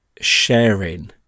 sharing